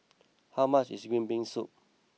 how much is green bean soup